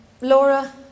Laura